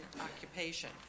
occupation